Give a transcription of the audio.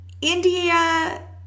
India